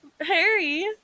Harry